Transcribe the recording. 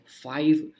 five